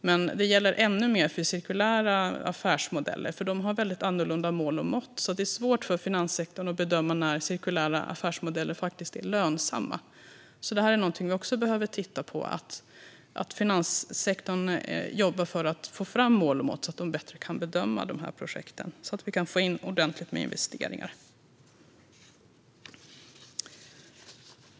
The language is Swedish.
Men det gäller ännu mer för cirkulära affärsmodeller, för de har väldigt annorlunda mål. Det är svårt för finanssektorn att bedöma när cirkulära affärsmodeller faktiskt är lönsamma. Vi måste titta på detta, så att finanssektorn jobbar för att få fram mål och mått, så att man bättre kan bedöma dessa projekt och så att vi kan få in ordentligt med investeringar.